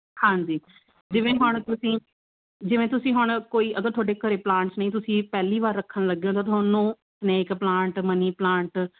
ਹਾਂਜੀ ਜਿਵੇਂ ਹੁਣ ਤੁਸੀਂ ਜਿਵੇਂ ਤੁਸੀਂ ਹੁਣ ਕੋਈ ਅਗਰ ਤੁਹਾਡੇ ਘਰੇ ਪਲਾਂਟਸ ਨਹੀਂ ਤੁਸੀਂ ਪਹਿਲੀ ਵਾਰ ਰੱਖਣ ਲੱਗਾ ਤਾਂ ਤੁਹਾਨੂੰ ਨੇਕ ਪਲਾਂਟ ਮਨੀ ਪਲਾਂਟ